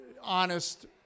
honest